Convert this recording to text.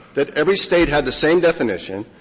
that every state had the same definition.